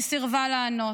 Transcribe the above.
היא סירבה לענות.